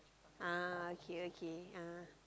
ah okay okay ah